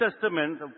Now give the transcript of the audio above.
Testament